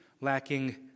lacking